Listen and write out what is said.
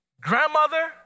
grandmother